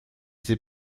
c’est